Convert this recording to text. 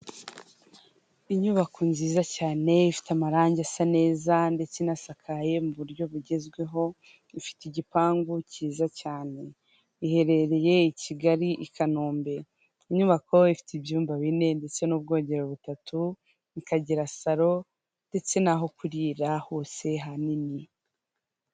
Inyubako nziza cyane ifite amarangi asa neza ndetse inasakaye mu buryo bugezweho, ifite igipangu kiza cyane iherereye i Kigali i Kanombe Inyubako ifite ibyumba bine ndetse n'ubwogero butatu, ikagira saro ndetse n'aho kurira hose hanini.